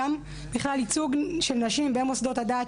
גם ייצוג של נשים במוסדות הדת,